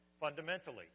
fundamentally